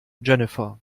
jennifer